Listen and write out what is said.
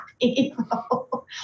people